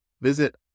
Visit